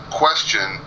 question